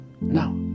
now